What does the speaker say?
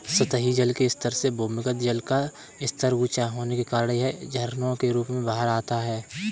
सतही जल के स्तर से भूमिगत जल का स्तर ऊँचा होने के कारण यह झरनों के रूप में बाहर आता है